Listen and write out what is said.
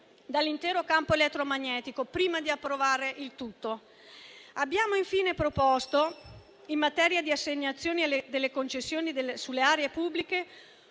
dall'intero campo elettromagnetico, prima di approvare il tutto. Abbiamo infine proposto, in materia di assegnazione delle concessioni sulle aree pubbliche,